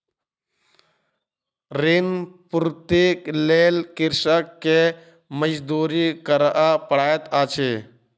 ऋण पूर्तीक लेल कृषक के मजदूरी करअ पड़ैत अछि